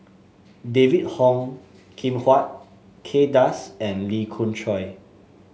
David Ong Kim Huat Kay Das and Lee Khoon Choy